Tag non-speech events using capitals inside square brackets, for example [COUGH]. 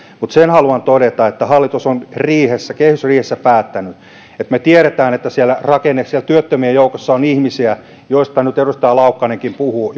mutta sen haluan todeta että hallitus on kehysriihessä kehysriihessä päättänyt ja että me tiedämme että siellä työttömien joukossa on ihmisiä joista nyt edustaja laukkanenkin puhuu [UNINTELLIGIBLE]